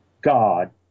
God